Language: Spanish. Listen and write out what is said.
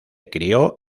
crio